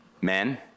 men